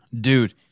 Dude